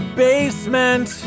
basement